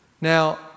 Now